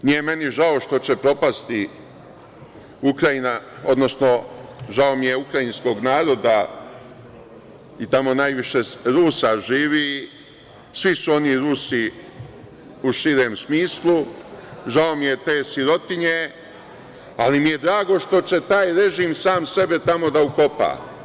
Nije meni žao što će propasti Ukrajina, odnosno žao mi je ukrajinskog naroda, tamo najviše Rusa živi, svi su oni Rusi u širem smislu, žao mi je te sirotinje, ali mi je drago što će taj režim tamo, sam sebe da ukopa.